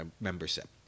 membership